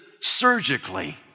surgically